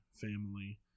family